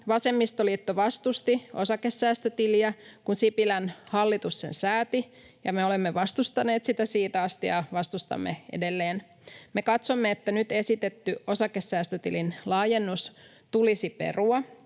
Vasemmistoliitto vastusti osakesäästötiliä, kun Sipilän hallitus sen sääti. Me olemme vastustaneet sitä siitä asti ja vastustamme edelleen. Me katsomme, että nyt esitetty osakesäästötilin laajennus tulisi perua